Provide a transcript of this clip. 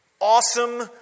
awesome